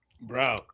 bro